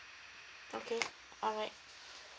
okay alright